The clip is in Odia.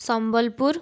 ସମ୍ବଲପୁର